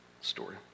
story